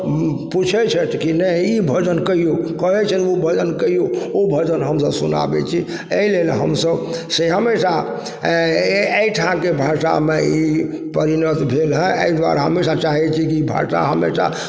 पुछय छथि कि नहि ई भजन कहियो कहय छथि ओ भजन कहियो ओ भजन हमसभ सुनाबय छी अइ लेल से हमसभ से हमेशा अइ ठाँके भाषामे ई परिणत भेल हइ अइ दुआरे हमे सब चाहय छी कि ई भाषा हमेशा